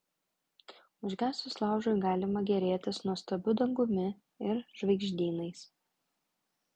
užgesus laužui galima gėrėtis nuostabiu dangumi ir žvaigždynais